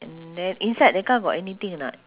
and then inside the car got anything or not